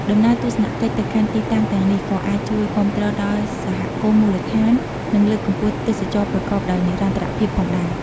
ដំណើរទស្សនកិច្ចទៅកាន់ទីតាំងទាំងនេះក៏អាចជួយគាំទ្រដល់សហគមន៍មូលដ្ឋាន និងលើកកម្ពស់ទេសចរណ៍ប្រកបដោយនិរន្តរភាពផងដែរ។